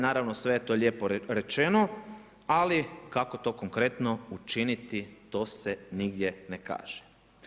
Naravno sve je to lijepo rečeno ali kako to konkretno učiniti to se nigdje ne kaže.